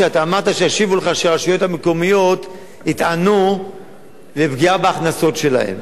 אתה אמרת שישיבו לך שהרשויות המקומיות יטענו לפגיעה בהכנסות שלהן.